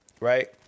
Right